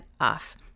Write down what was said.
off